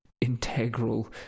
integral